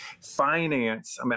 finance